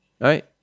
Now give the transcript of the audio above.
right